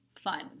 fun